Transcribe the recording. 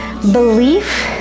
belief